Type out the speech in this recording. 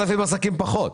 פחות.